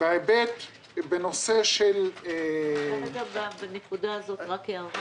רק הערה, בנקודה זאת.